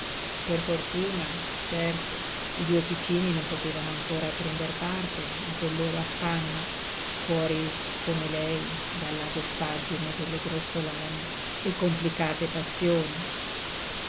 per fortuna certo i due piccini non potevano ancora prender parte a quel loro affanno fuori come lei dalla goffaggine delle grossolane e complicate passioni